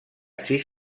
sis